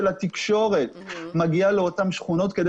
של התקשורת שמגיעה לאותן שכונות כדי